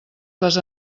les